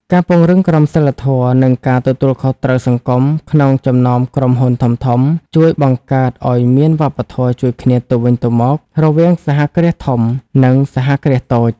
ការពង្រឹងក្រមសីលធម៌ និងការទទួលខុសត្រូវសង្គម ក្នុងចំណោមក្រុមហ៊ុនធំៗ ជួយបង្កើតឱ្យមានវប្បធម៌ជួយគ្នាទៅវិញទៅមករវាងសហគ្រាសធំ និងសហគ្រាសតូច។